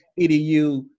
EDU